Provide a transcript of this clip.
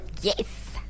yes